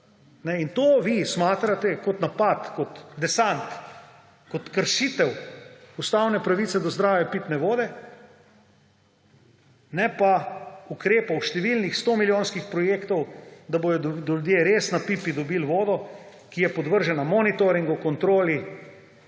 To vi smatrate kot napad, kot desant, kot kršitev ustavne pravice do zdrave pitne vode, ne pa kot ukrepe, številne stomilijonske projekte, da bodo ljudje res na pipi dobili vodo, ki je podvržena monitoringu, kontroli